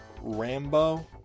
Rambo